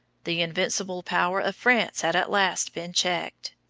the invincible power of france had at last been checked.